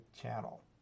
channel